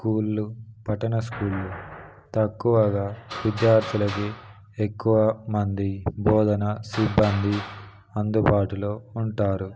స్కూళ్ళు పట్టణ స్కూళ్ళు తక్కువగా విద్యార్థులకి ఎక్కువ మంది బోధన సిబ్బంది అందుబాటులో ఉంటారు